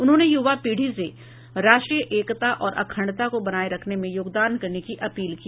उन्होंने युवा पीढ़ी से राष्ट्रीय एकता और अखंडता को बनाये रखने में योगदान करने की अपील की